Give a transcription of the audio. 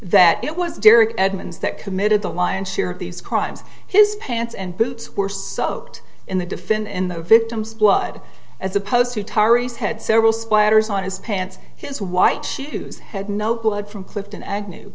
that it was derek edmonds that committed the lion's share of these crimes his pants and boots were soaked in the defend in the victim's blood as opposed to tara's head several splatters on his pants his white shoes had no blood from clifton agnew